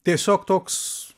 tiesiog toks